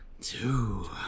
two